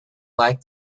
like